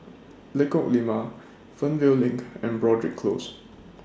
Lengkok Lima Fernvale LINK and Broadrick Close